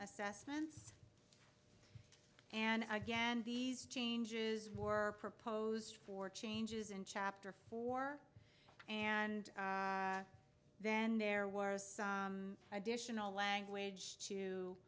assessments and again these changes were proposed for changes in chapter four and then there was some additional language